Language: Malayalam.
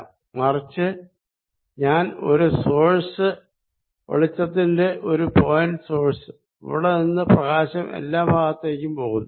പക്ഷെ മറിച്ച് ഞാൻ ഒരു സോഴ്സ് വെളിച്ചത്തിന്റെ ഒരു പോയിന്റ് സോഴ്സ് ഇവിടെ നിന്ന് പ്രകാശം എല്ലാ ഭാഗത്തേക്കും പോകുന്നു